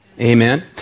Amen